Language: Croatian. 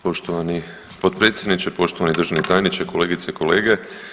Poštovani potpredsjedniče, poštovani državni tajniče, kolegice i kolege.